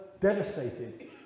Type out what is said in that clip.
devastated